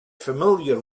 familiar